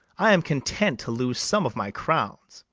i am content to lose some of my crowns,